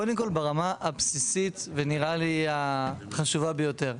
קודם כל ברמה הבסיסית ונראה לי החשובה ביותר,